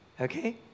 Okay